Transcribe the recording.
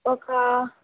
ఒక